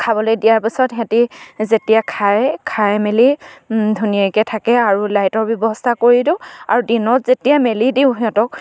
খাবলে দিয়াৰ পিছত সিহঁতি যেতিয়া খায় খাই মেলি ধুনীয়াকে থাকে আৰু লাইটৰ ব্যৱস্থা কৰি দিওঁ আৰু দিনত যেতিয়া মেলি দিওঁ সিহঁতক